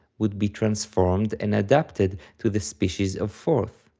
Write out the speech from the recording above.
would be transformed and adapted to the species of fourth,